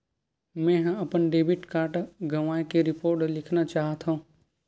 मेंहा अपन debit card गवाए के रिपोर्ट लिखना चाहत हव